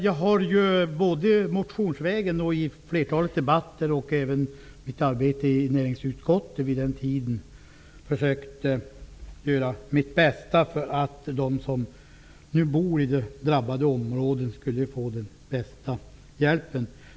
Jag har både motionsvägen, i ett flertal debatter och i mitt arbete i näringsutskottet vid den tiden försökt göra mitt bästa för att de som nu bor i drabbade områden skulle få den bästa hjälpen.